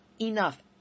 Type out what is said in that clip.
enough